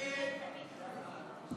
הסתייגות 13 לא נתקבלה.